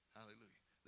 Hallelujah